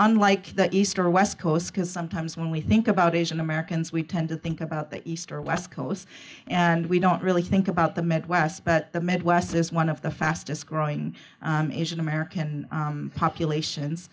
unlike the east or west coast because sometimes when we think about asian americans we tend to think about the east or west coast and we don't really think about the midwest but the midwest is one of the fastest growing american populations